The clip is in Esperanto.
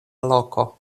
loko